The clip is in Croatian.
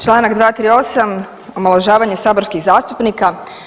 Čl. 238., omalovažavanje saborskih zastupnika.